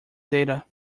data